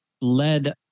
led